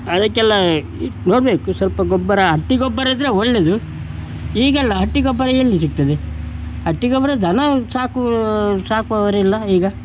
ಅದಕ್ಕೆಲ್ಲ ಇ ನೋಡಬೇಕು ಸ್ವಲ್ಪ ಗೊಬ್ಬರಾ ಹಟ್ಟಿ ಗೊಬ್ಬರ ಇದ್ದರೆ ಒಳ್ಳೆಯದು ಈಗೆಲ್ಲ ಹಟ್ಟಿ ಗೊಬ್ಬರ ಎಲ್ಲಿ ಸಿಗ್ತದೆ ಹಟ್ಟಿ ಗೊಬ್ಬರ ದನ ಸಾಕುವೂ ಸಾಕುವವರಿಲ್ಲ ಈಗ